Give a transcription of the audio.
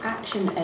Action